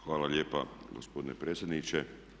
Hvala lijepa gospodine predsjedniče.